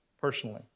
personally